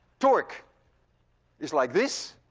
torque is like this,